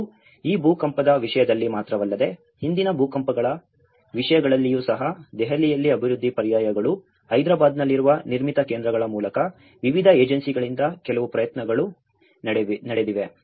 ಮತ್ತು ಈ ಭೂಕಂಪದ ವಿಷಯದಲ್ಲಿ ಮಾತ್ರವಲ್ಲದೆ ಹಿಂದಿನ ಭೂಕಂಪಗಳ ವಿಷಯದಲ್ಲಿಯೂ ಸಹ ದೆಹಲಿಯಲ್ಲಿ ಅಭಿವೃದ್ಧಿ ಪರ್ಯಾಯಗಳು ಹೈದರಾಬಾದ್ನಲ್ಲಿರುವ ನಿರ್ಮಿತಿ ಕೇಂದ್ರಗಳ ಮೂಲಕ ವಿವಿಧ ಏಜೆನ್ಸಿಗಳಿಂದ ಕೆಲವು ಪ್ರಯತ್ನಗಳು ನಡೆದಿವೆ